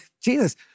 Jesus